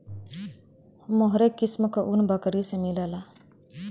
मोहेर किस्म क ऊन बकरी से मिलला